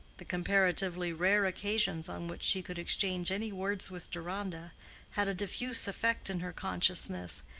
the comparatively rare occasions on which she could exchange any words with deronda had a diffusive effect in her consciousness,